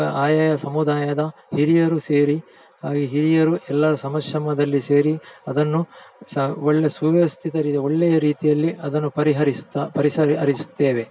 ಆಯಾಯ ಸಮುದಾಯದ ಹಿರಿಯರು ಸೇರಿ ಹಿರಿಯರು ಎಲ್ಲ ಸಮಕ್ಷಮದಲ್ಲಿ ಸೇರಿ ಅದನ್ನು ಸ ಒಳ್ಳೆಯ ಸುವ್ಯವಸ್ಥಿತ ರೀ ಒಳ್ಳೆಯ ರೀತಿಯಲ್ಲಿ ಅದನ್ನು ಪರಿಹರಿಸುತ್ತಾ ಪರಿಸರಿ ಹರಿಸುತ್ತೇವೆ